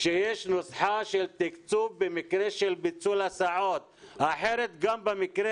שיש נוסחה של תקצוב במקרה שלך ביטול הסעות כי אחרת גם במקרה